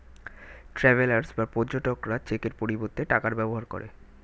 travellers বা পর্যটকরা চেকের পরিবর্তে টাকার ব্যবহার করে